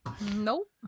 Nope